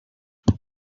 were